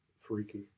freaky